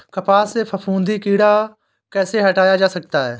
कपास से फफूंदी कीड़ा कैसे हटाया जा सकता है?